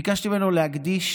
ביקשתי ממנו להקדיש